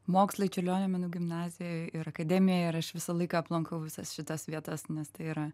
mokslai čiurlionio menų gimnazijoj ir akademijoj ir aš visą laiką aplankau visas šitas vietas nes tai yra